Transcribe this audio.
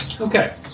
Okay